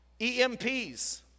EMPs